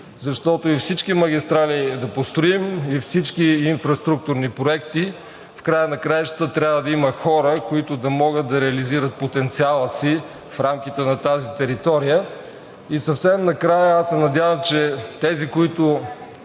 защото и всички магистрали да построим, и всички инфраструктурни проекти, в края на краищата трябва да има хора, които да могат да реализират потенциала си в рамките на тази територия. Съвсем накрая – надявам се, че тези, които